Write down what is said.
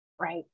Right